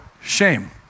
shame